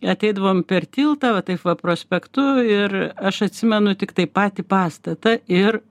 ateidavom per tiltą va taip va prospektu ir aš atsimenu tiktai patį pastatą ir